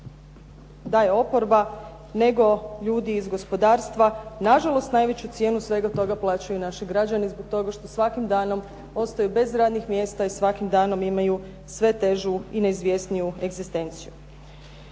daje oporba nego ljudi iz gospodarstva, nažalost najveću cijenu svega toga plaćaju naši građani zbog toga što svakim danom ostaju bez radnih mjesta i svakim danom imaju sve težu i neizvjesniju egzistenciju.